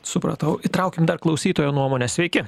supratau įtraukiam dar klausytojo nuomonę sveiki